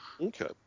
okay